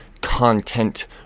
content